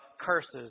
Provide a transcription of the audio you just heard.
curses